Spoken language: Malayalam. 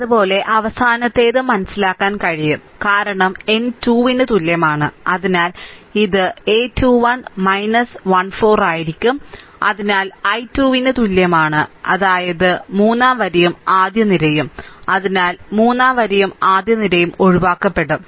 അതുപോലെ അവസാനത്തേതും മനസ്സിലാക്കാൻ കഴിയും കാരണം n 2 ന് തുല്യമാണ് അതിനാൽ ഇത് a2 1 1 4 ആയിരിക്കും അതിനാൽ i 2 ന് തുല്യമാണ് അതായത് മൂന്നാം വരിയും ആദ്യ നിരയും അതിനാൽ മൂന്നാം വരിയും ആദ്യ നിരയും ഒഴിവാക്കപ്പെടും